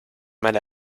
mar